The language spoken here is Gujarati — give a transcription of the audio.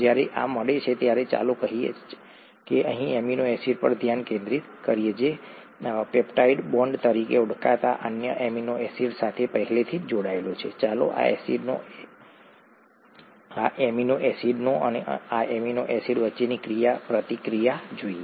જ્યારે આ મળે છે ત્યારે ચાલો કહીએ ચાલો અહીં આ એમિનો એસિડ પર ધ્યાન કેન્દ્રિત કરીએ જે પેપ્ટાઈડ બોન્ડ તરીકે ઓળખાતા અન્ય એમિનો એસિડ સાથે પહેલેથી જ જોડાયેલું છે ચાલો આ એમિનો એસિડ અને આ એમિનો એસિડ વચ્ચેની ક્રિયાપ્રતિક્રિયા જોઈએ